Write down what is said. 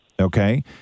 Okay